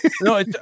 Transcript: no